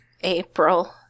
April